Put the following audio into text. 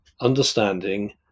understanding